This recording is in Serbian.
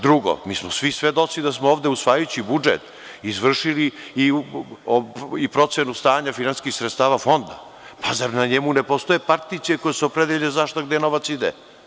Drugo, mi smo svi svedoci da smo ovde usvajajući budžet, izvršili i procenu stanja finansijskih sredstava Fonda, zar na njemu ne postoje particije koje su opredeljene za šta i gde novac ide.